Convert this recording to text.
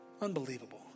Unbelievable